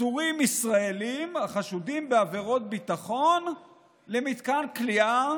עצורים ישראלים החשודים בעבירות ביטחון למתקן כליאה